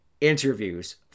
interviews